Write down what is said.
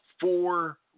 Four